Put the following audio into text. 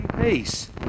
peace